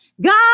god